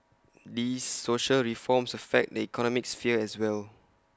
these social reforms affect the economic sphere as well